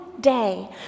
day